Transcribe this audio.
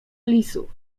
lisów